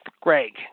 Greg